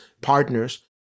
partners